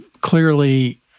clearly